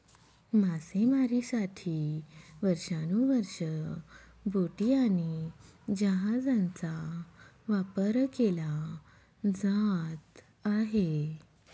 मासेमारीसाठी वर्षानुवर्षे बोटी आणि जहाजांचा वापर केला जात आहे